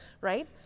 right